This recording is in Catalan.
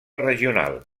regional